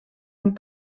amb